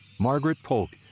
margaret polk,